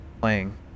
playing